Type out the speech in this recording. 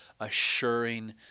assuring